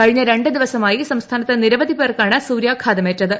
കഴിഞ്ഞ രണ്ടു ദിവസമായി സംസ്ഥാനത്ത് നിരവധി പേർക്കാണ് സൂര്യാഘാതം ഏറ്റത്